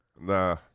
nah